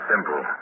Simple